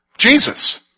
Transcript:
Jesus